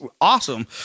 awesome